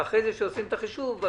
וכשעושים את החישוב,